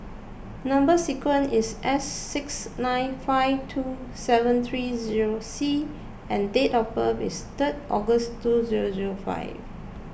Number Sequence is S six nine five two seven three zero C and date of birth is third August two zero zero five